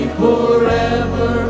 forever